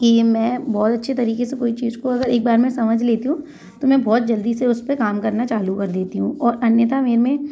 कि मैं बहुत अच्छे तरीके से कोई चीज को अगर एक बार में समझ लेती हूँ तो मैं बहुत जल्दी से उसपे काम करना चालू कर देती हूँ और अन्यथा वे मैं